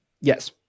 Yes